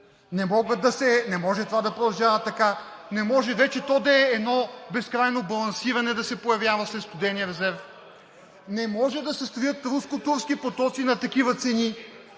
не може това да продължава така, не може вече то да е едно безкрайно балансиране и да се появява след студения резерв. Не може да се строят руско-турски потоци на такива цени.